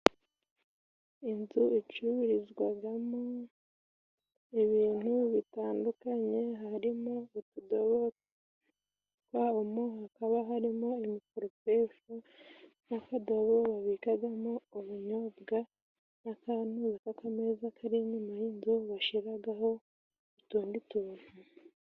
Inzu icururizwagamo ibintu bitandukanye harimo utudobo twa omo, hakaba harimo imikoropesho n'akadobo babikagamo ubunyobwa n'akantu k'akameza karimo imyenge bashiragaho utundi tuntu.